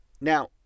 Now